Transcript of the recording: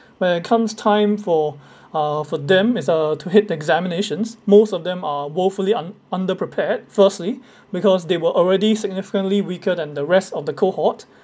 when it comes time for uh for them is uh to hit examinations most of them are woefully un~ underprepared firstly because they were already significantly weaker than the rest of the cohort